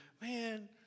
man